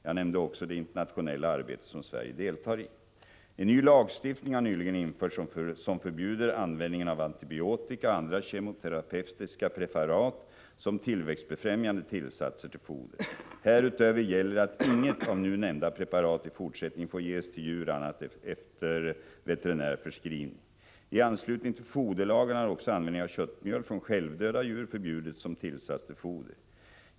Jag nämnde också det internationella arbete som Sverige deltar I En ny lagstiftning har nyligen införts som förbjuder antibiotika och andra kemoterapeutiska preparat som tillväxtbefrämjande tillsatser till foder. Härutöver gäller att inget av nu nämnda preparat i fortsättningen får ges till djur annat än efter veterinär förskrivning. I anslutning till foderlagen har också köttmjöl från självdöda djur förbjudits som tillsats till foder.